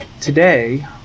today